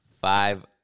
Five